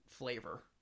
flavor